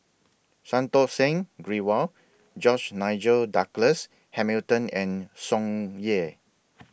Santokh Singh Grewal George Nigel Douglas Hamilton and Tsung Yeh